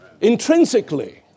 Intrinsically